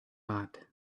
hot